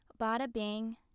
Bada-bing